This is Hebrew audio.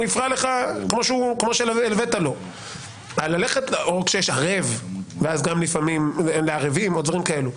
הוא יפרע לך כמו שהלווית לו או כשיש ערב ואז אין לערבים או דברים כאלו.